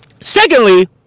Secondly